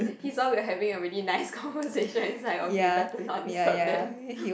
he's saw we having a really nice conversation inside okay better not disturb them